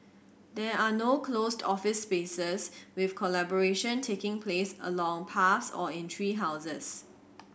there are no closed office spaces with collaboration taking place along paths or in tree houses